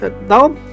Now